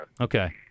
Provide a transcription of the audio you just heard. Okay